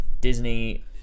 Disney